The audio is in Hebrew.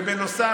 ובנוסף,